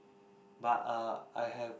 but uh I have